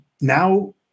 now